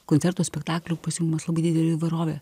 koncerto spektaklio pasiūlymas didelė įvairovė